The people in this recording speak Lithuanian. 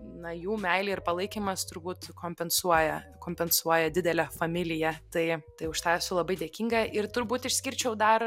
na jų meilė ir palaikymas turbūt kompensuoja kompensuoja didelę familiją tai tai už tą esu labai dėkinga ir turbūt išskirčiau dar